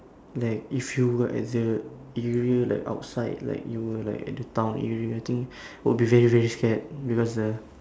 like if you were at the area like outside like you were like at the town area I think will be very very scared because ah